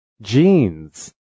Jeans